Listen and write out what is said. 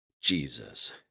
Jesus